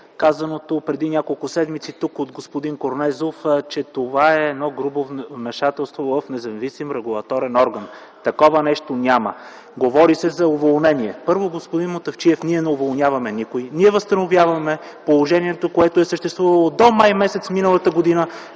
казаното от преди няколко седмици тук от господин Корнезов, че това е едно грубо вмешателство в независим регулаторен орган. Такова нещо няма. Говори се за уволнение. Първо, господин Мутафчиев, ние не уволняваме никой. Ние възстановяваме положението, което е съществувало до май месец миналата година,